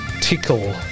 tickle